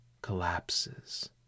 collapses